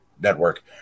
Network